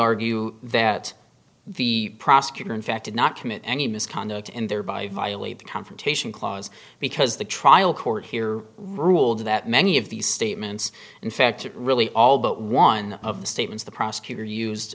argue that the prosecutor in fact did not commit any misconduct and thereby violate the confrontation clause because the trial court here ruled that many of these statements in fact it really all but one of the statements the prosecutor used